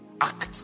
act